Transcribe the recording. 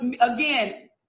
again